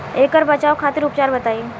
ऐकर बचाव खातिर उपचार बताई?